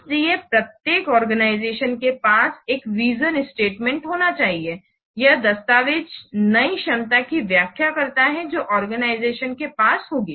इसलिए प्रत्येक आर्गेनाईजेशन के पास एक विज़न स्टेटमेंट होना चाहिए यह दस्तावेज़ नई क्षमता की व्याख्या करता है जो आर्गेनाईजेशन के पास होगी